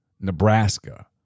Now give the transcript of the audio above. Nebraska